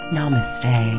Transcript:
Namaste